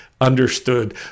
understood